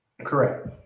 Correct